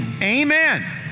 amen